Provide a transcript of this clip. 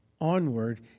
onward